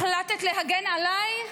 החלטת להגן עליי?